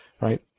Right